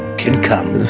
can come,